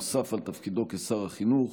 נוסף על תפקידו כשר החינוך,